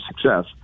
success